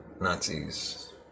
Nazis